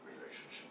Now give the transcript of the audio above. relationship